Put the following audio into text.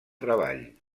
treball